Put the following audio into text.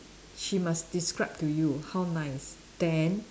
she must describe to you how nice then